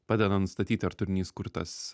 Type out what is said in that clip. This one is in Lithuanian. padeda nustatyti ar turinys kurtas